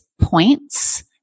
points